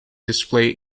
display